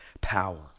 power